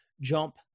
jump